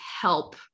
help